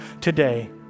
today